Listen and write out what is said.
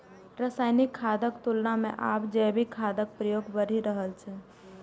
रासायनिक खादक तुलना मे आब जैविक खादक प्रयोग बढ़ि रहल छै